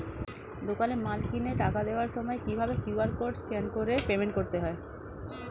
দোকানে মাল কিনে টাকা দেওয়ার সময় কিভাবে কিউ.আর কোড স্ক্যান করে পেমেন্ট করতে হয়?